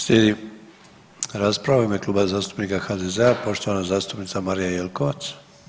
Slijedi rasprava u ime Kluba zastupnika HDZ-a, poštovana zastupnica Marija Jelkovac.